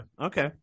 Okay